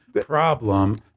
problem